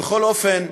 ובכל אופן,